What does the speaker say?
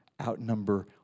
outnumber